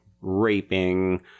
raping